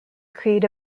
create